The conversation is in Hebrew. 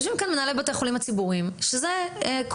יושבים כאן מנהלי בתי חולים ציבוריים שזה כל